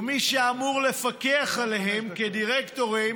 ומי שאמורים לפקח עליהן כדירקטורים